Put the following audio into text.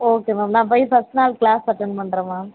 okay ma'am நான் போய் first நாள் க்ளாஸ் அட்டண்ட் பண்ணுறேன் மேம்